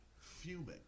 fuming